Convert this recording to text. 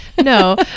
no